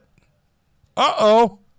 Uh-oh